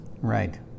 Right